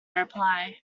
reply